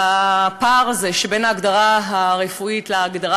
בפער הזה שבין ההגדרה הרפואית להגדרה